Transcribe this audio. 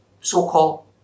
so-called